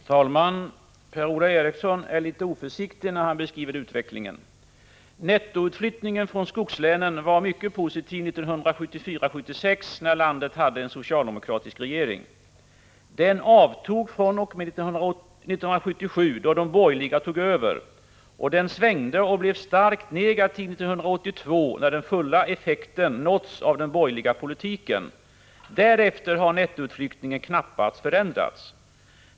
Herr talman! Per-Ola Eriksson är litet oförsiktig när han beskriver utvecklingen. Nettoutflyttningen från skogslänen var mycket positiv 1974-1976, när landet hade en socialdemokratisk regering. Utflyttningen avtog fr.o.m. 1977, då de borgerliga tog över, och svängde och blev starkt negativ 1982, när den fulla effekten av den borgerliga politiken uppnåtts. Därefter har nettoutflyttningen knappast förändrats.